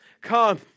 come